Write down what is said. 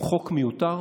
הוא חוק מיותר,